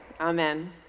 Amen